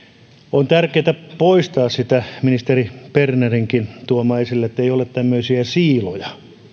on tärkeätä poistaa sitä ministeri bernerinkin esille tuomaa asiaa ettei ole tämmöisiä siiloja